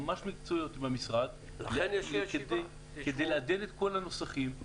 ממש מקצועיות עם המשרד כדי לעדן את כל הנוסחים.